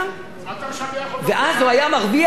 ואז הוא היה מרוויח 4.2 מיליארד.